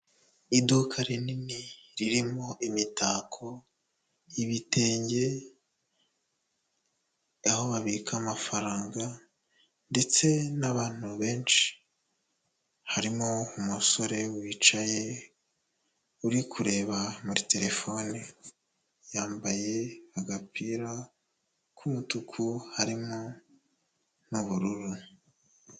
Iduka rinini ririmo imitako, ibitenge, aho babika amafaranga ndetse n'abantu benshi, harimo umusore wicaye uri kureba muri terefone, yambaye agapira k'umutuku harimo n'ubururu.